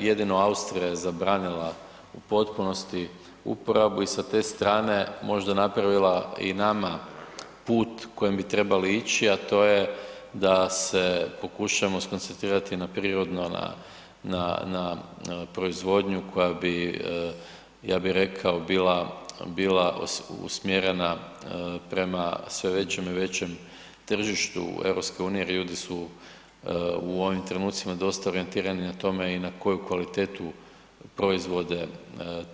Jedino Austrija je zabranila u potpunosti uporabu i sa te strane možda napravila i nama put kojim bi trebali ići, a to je da se pokušamo skoncentrirati na prirodno, na, na, na proizvodnju koja bi, ja bi rekao, bila, bila usmjerena prema sve većem i većem tržištu EU jer ljudi su u ovim trenucima dosta orijentirani na tome i na koju kvalitetu proizvode